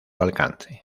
alcance